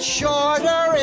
shorter